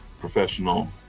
professional